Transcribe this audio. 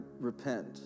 repent